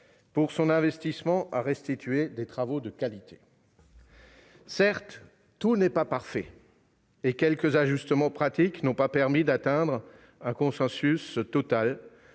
pour son investissement et ses travaux de qualité. Certes, tout n'est pas parfait et quelques ajustements pratiques n'ont pas permis d'atteindre un consensus total.